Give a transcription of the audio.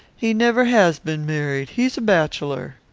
he never has been married. he is a bachelor.